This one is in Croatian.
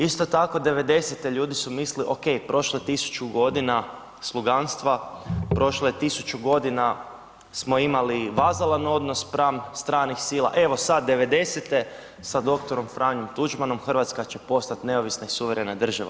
Isto tako '90.-te ljudi su mislili OK, prošlo je 1000 godina sluganstva, prošlo je 1000 godina smo imali vazalan odnos spram stranih sila, evo sad '90.-te sa dr. Franjom Tuđmanom Hrvatska će postati neovisna i suverena država.